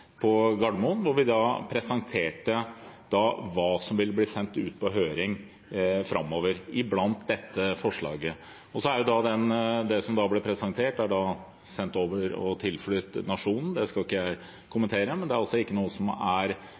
på Gardermoen, hvor vi presenterte hva som ville bli sendt ut på høring framover, deriblant dette forslaget. Det som da ble presentert, er sendt over og tilflytt Nationen – det skal ikke jeg kommentere – men det er altså ikke noe som er